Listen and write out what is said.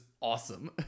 awesome